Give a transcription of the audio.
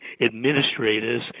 administrators